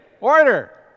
order